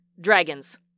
Dragons